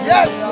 Yes